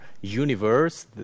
universe